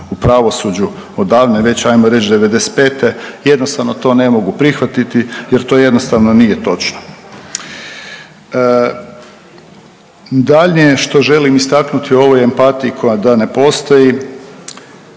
u pravosuđu od davne već '95. jednostavno to ne mogu prihvatiti jer to jednostavno nije točno. Daljnje je što želim istaknuti u ovoj empatiji koja da ne postoji